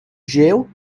jail